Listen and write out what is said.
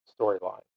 storyline